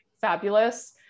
fabulous